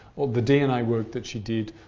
all the dna work that she did,